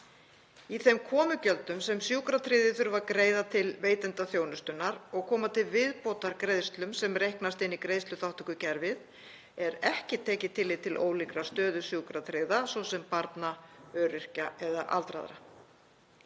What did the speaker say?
Í þeim komugjöldum sem sjúkratryggðir þurfa að greiða til veitenda þjónustunnar og koma til viðbótar greiðslum sem reiknast inn í greiðsluþátttökukerfið er ekki tekið tillit til ólíkrar stöðu sjúkratryggðra, svo sem barna, öryrkja eða aldraðra.